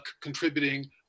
contributing